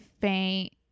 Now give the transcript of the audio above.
faint